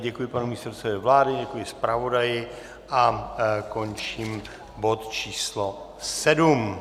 Děkuji panu místopředsedovi vlády, děkuji zpravodaji a končím bod číslo 7.